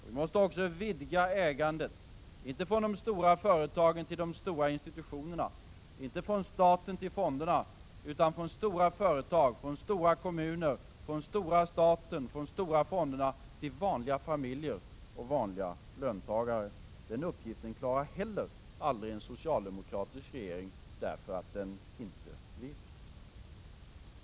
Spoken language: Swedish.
Vi måste också vidga ägandet — inte från de stora företagen till de stora institutionerna, inte från staten till fonderna, utan från stora företag, stora kommuner, stora staten och de stora fonderna till vanliga familjer och vanliga löntagare. Den uppgiften klarar heller aldrig en socialdemokratisk regering därför att den inte vill.